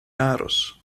aros